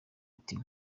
ati